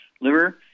liver